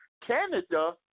Canada